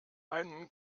einen